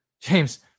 James